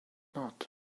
not